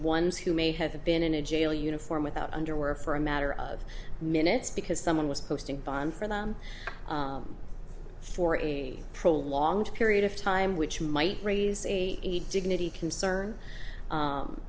ones who may have been in a jail uniform without underwear for a matter of minutes because someone was posting bond for them for a prolonged period of time which might raise a dignity concern